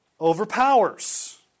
overpowers